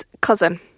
cousin